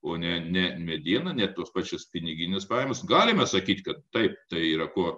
o ne ne medieną ne tuos pačius pinigines pajams galime sakyt taip tai yra kuo